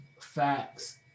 Facts